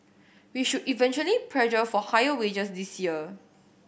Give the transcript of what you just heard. we should eventually pressure for higher wages this year